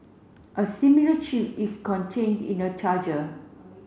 a similar chip is contained in the charger